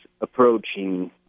approaching